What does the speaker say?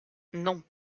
non